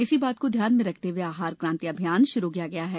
इसी बात को ध्यान में रखते हुए आहार क्रांति अभियान शुरू किया गया है